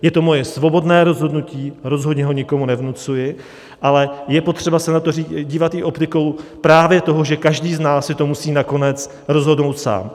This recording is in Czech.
Je to moje svobodné rozhodnutí, rozhodně ho nikomu nevnucuji, ale je potřeba se na to dívat i optikou právě toho, že každý z nás si to musí nakonec rozhodnout sám.